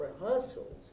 rehearsals